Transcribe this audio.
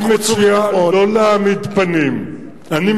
אני מציע לא להעמיד פנים.